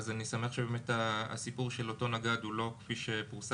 לכן אני שמח שהסיפור של אותו נגד הוא לא כפי שפורסם,